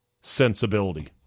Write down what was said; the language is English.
sensibility